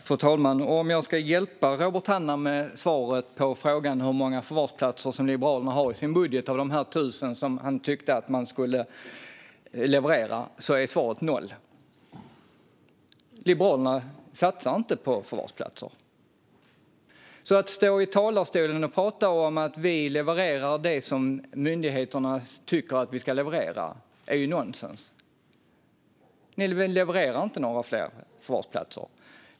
Fru talman! Jag ska hjälpa Robert Hannah med svaret på frågan om hur många förvarsplatser som Liberalerna har i sin budget av de här 1 000 som han tyckte att man skulle leverera. Svaret är noll. Liberalerna satsar inte på förvarsplatser. Att stå i talarstolen och prata om att man levererar det som myndigheterna tycker att man ska leverera är nonsens. Ni levererar inte några fler förvarsplatser.